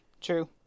True